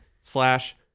slash